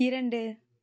இரண்டு